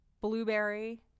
blueberry